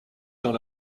dans